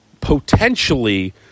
potentially